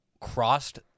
crossed